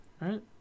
right